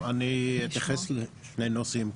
אני אתייחס לשני נושאים.